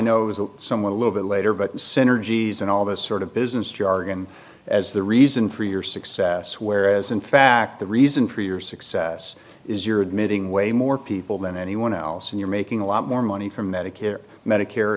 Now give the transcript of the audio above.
know it was somewhat a little bit later but synergies and all this sort of business jargon as the reason for your success whereas in fact the reason for your success is you're admitting way more people than anyone else and you're making a lot more money from medicare medicare